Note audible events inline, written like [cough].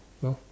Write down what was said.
[noise]